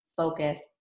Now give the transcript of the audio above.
focus